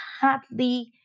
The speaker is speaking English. hardly